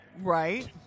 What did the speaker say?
Right